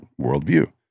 worldview